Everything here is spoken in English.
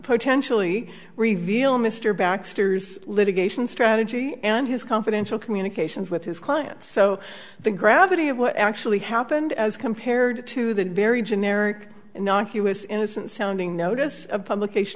potentially reveal mr baxter's litigation strategy and his confidential communications with his client so the gravity of what actually happened as compared to that very generic innocuous innocent sounding notice of publication